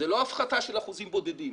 זאת לא הפחתה של אחוזים בודדים,